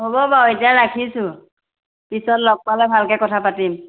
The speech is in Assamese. হ'ব বাৰু এতিয়া ৰাখিছোঁ পিছত লগ পালে ভালকে কথা পাতিম